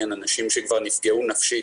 אנשים שכבר נפגעו נפשית